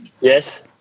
Yes